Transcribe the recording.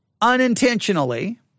unintentionally